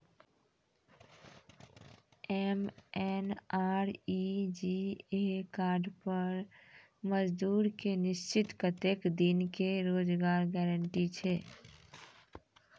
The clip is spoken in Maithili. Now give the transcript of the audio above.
एम.एन.आर.ई.जी.ए कार्ड पर मजदुर के निश्चित कत्तेक दिन के रोजगार गारंटी छै?